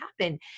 happen